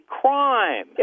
crime